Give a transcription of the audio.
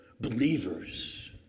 believers